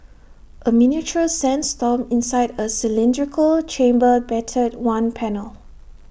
A miniature sandstorm inside A cylindrical chamber battered one panel